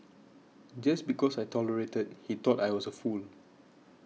just because I tolerated he thought I was a fool